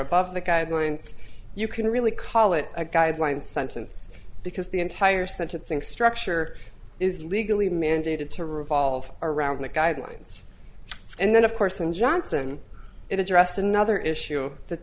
above the guidelines you can really call it a guideline sentence because the entire sentencing structure is legally mandated to revolve around the guidelines and then of course and johnson it addressed another issue that